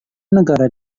negara